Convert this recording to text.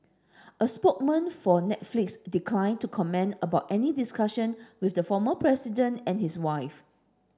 a spokesman for Netflix declined to comment about any discussion with the former president and his wife